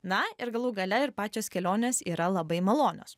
na ir galų gale ir pačios kelionės yra labai malonios